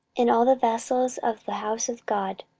and all the vessels of the house of god,